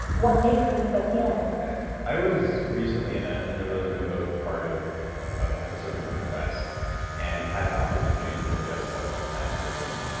what makes them so healing i was recently in ah a really remote part of of the pacific northwest and had an opportunity to ingest ah a plant medicine.